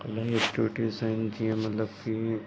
इलाही एक्टिविटीस आहिनि जीअं मतिलब की